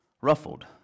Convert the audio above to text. ruffled